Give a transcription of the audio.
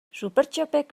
supertxopek